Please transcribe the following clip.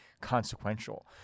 consequential